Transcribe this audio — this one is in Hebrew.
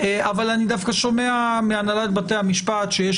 אבל אני שומע מהנהלת בתי המשפט שיש